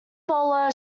bowler